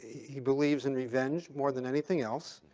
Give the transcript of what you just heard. he believes in revenge more than anything else.